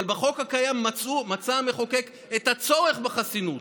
אבל בחוק הקיים מצא המחוקק את הצורך בחסינות.